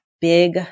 big